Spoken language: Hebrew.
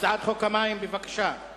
הצעת חוק המים (תיקון,